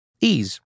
Ease